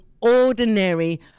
ordinary